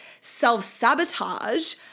self-sabotage